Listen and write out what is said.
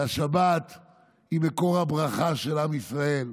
והשבת היא מקור הברכה של עם ישראל,